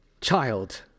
child